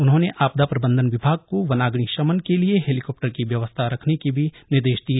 उन्होंने आपदा प्रबंधन विभाग को वनाग्नि शमन के लिए हेलीकाप्टर की व्यवस्था रखने के भी निर्देश दिए